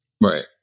Right